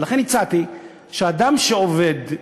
ולכן הצעתי שאדם שעובד,